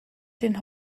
den